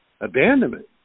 abandonment